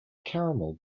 caramel